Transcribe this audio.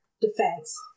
defense